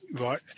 right